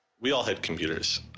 we all had computers,